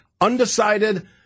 Undecided